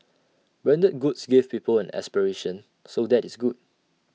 branded goods give people an aspiration so that is good